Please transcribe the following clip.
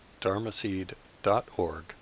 dharmaseed.org